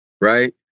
right